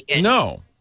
no